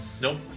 Nope